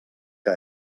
que